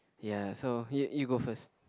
ya so you you go first